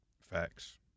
Facts